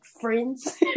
friends